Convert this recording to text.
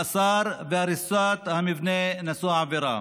מאסר והריסת המבנה נשוא העבירה.